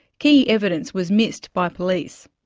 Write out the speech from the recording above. key evidence was missed by police.